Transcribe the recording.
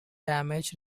damaged